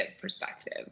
perspective